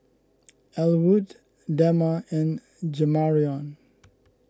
Ellwood Dema and Jamarion